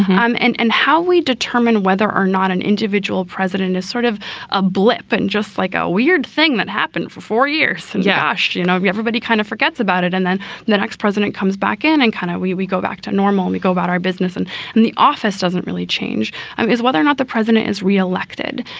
um and and how we determine whether or not an individual president is sort of a blip and just like a weird thing that happened for four years. yeah ah so you know, everybody kind of forgets about it. and then the next president comes back in and kind of we we go back to normal. we go about our business and and the office doesn't really change is whether or not the president is reelected.